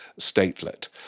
statelet